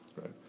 right